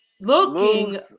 Looking